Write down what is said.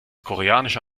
koreanische